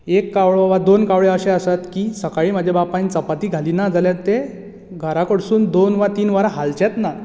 एक कावळो वा दोन कावळे अशे आसात की सकाळी म्हाजा बापायन चपाती घाली ना जाल्यार ते घरा कडसून दोन वा तीन वरां हालचेच ना